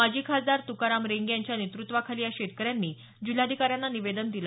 माजी खासदार तुकाराम रेंगे यांच्या नेतृत्वाखाली या शेतकऱ्यांनी जिल्हाधिकाऱ्यांना निवेदन दिलं